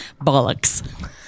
Bollocks